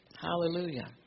Hallelujah